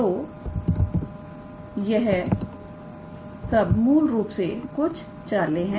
तो यह सब मूल रूप से कुछ चालें है